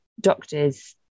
doctors